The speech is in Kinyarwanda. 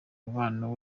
umubano